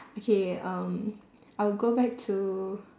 okay um I would go back to